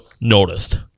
noticed